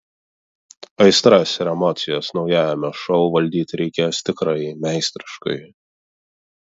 aistras ir emocijas naujajame šou valdyti reikės tikrai meistriškai